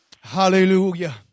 Hallelujah